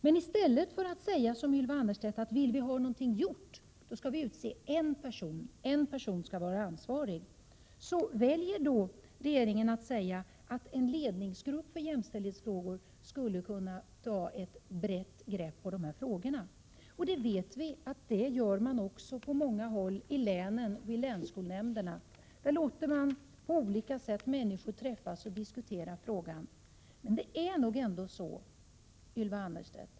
Men i stället för att som Ylva Annerstedt säga att om något skall bli gjort skall en person utses som ansvarig, så väljer regeringen att säga att en ledningsgrupp för jämställdhetsfrågor skall ta ett brett grepp om dessa frågor. Vi vet redan att detta görs på många håll i länen och i länsskolnämnderna. Där låter man människor träffas och diskutera frågan. Ylva Annerstedt!